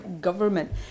government